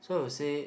so I will say